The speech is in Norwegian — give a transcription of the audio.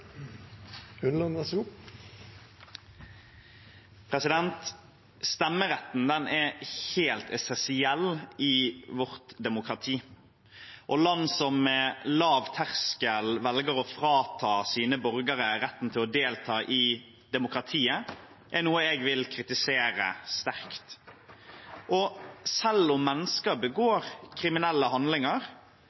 helt essensiell i vårt demokrati, og når land har lav terskel for å velge å frata sine borgere retten til å delta i demokratiet, er det noe jeg vil kritisere sterkt. Selv om mennesker begår kriminelle handlinger,